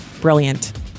Brilliant